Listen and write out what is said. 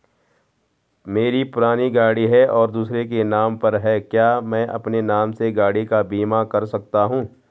मेरी पुरानी गाड़ी है और दूसरे के नाम पर है क्या मैं अपने नाम से गाड़ी का बीमा कर सकता हूँ?